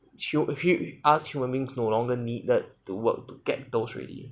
hu~ hu~ us human being no longer needed to work to get those already